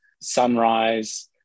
sunrise